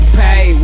pay